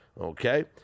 Okay